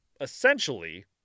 Essentially